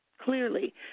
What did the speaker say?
clearly